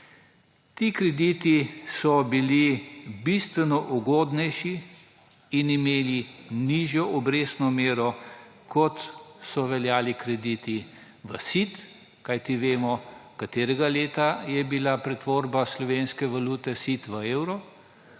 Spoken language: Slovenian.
Ti krediti so bili bistveno ugodnejši in imeli nižjo obrestno mero, kot so veljali krediti v sit, kajti vemo, katerega leta je bila pretvorba slovenske valute sit v evro,